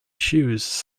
shoes